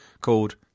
called